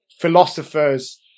philosophers